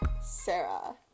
Sarah